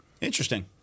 Interesting